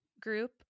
group